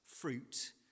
fruit